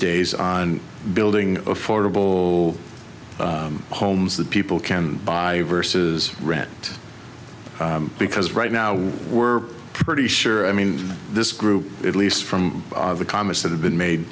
days on building affordable homes that people can buy versus rent because right now we're pretty sure i mean this group at least from the comments that have been made